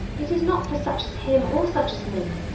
it is not for such as him, or such as me.